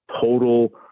total